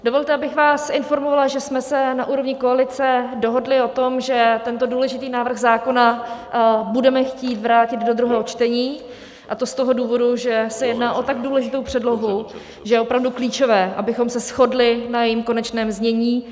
Dovolte, abych vás informovala, že jsme se na úrovni koalice dohodli o tom, že tento důležitý návrh zákona budeme chtít vrátit do druhého čtení, a to z toho důvodu, že se jedná o tak důležitou předlohu, že je opravdu klíčové, abychom se shodli na jejím konečném znění.